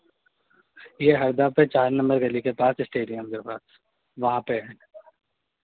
ये हरदा पे चार नंबर गली के पास स्टेडियम के पास वहाँ पे है